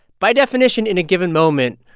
by definition, in a given moment,